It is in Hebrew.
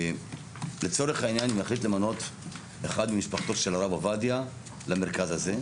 לצורך העניין אם הוא יחליט למנות אחד ממשפחתו של הרב עובדיה למרכז הזה,